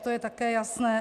To je také jasné.